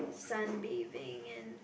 sunbathing and